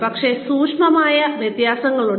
പക്ഷേ സൂക്ഷ്മമായ വ്യത്യാസങ്ങളുണ്ട്